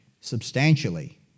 substantially